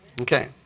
Okay